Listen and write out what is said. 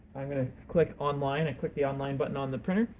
i'm gonna click online, i click the online button on the printer,